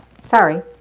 sorry